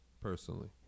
personally